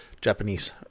Japanese